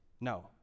No